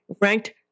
ranked